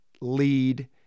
lead